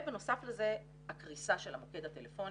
בנוסף לזה הקריסה של המוקד הטלפוני.